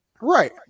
Right